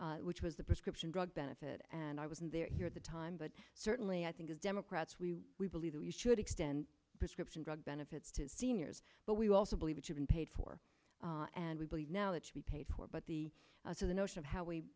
and which was a prescription drug benefit and i was in there here at the time but certainly i think as democrats we we believe that we should extend prescription drug benefits to seniors but we also believe it should be paid for and we believe now it should be paid for but the the notion of how we